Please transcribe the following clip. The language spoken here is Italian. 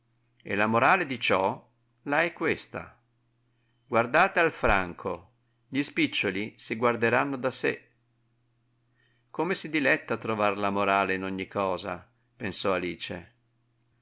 e la morale di ciò la è questa guardate al franco gli spiccioli si guarderanno da sè come si diletta a trovar la morale in ogni cosa pensò alice